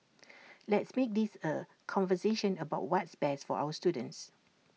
let's make this A conversation about what's best for our students